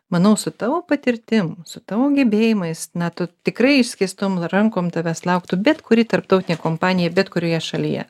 manau su tavo patirtim su tavo gebėjimais na tu tikrai išskėstom rankom tavęs lauktų bet kuri tarptautinė kompanija bet kurioje šalyje